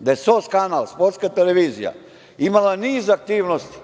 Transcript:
da je SOS kanal, sportska televizija imala niz aktivnosti